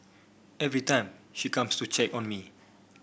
every time she comes to check on me